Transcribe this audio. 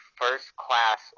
first-class